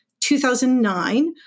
2009